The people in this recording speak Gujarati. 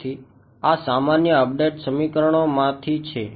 તેથી આ સામાન્ય અપડેટ સમીકરણોમાંથી છે